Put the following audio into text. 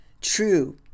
True